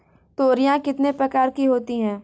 तोरियां कितने प्रकार की होती हैं?